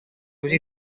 così